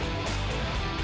or